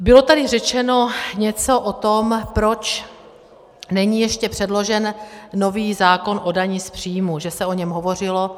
Bylo tady řečeno něco o tom, proč není ještě předložen nový zákon o dani z příjmu, že se o něm hovořilo.